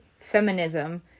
feminism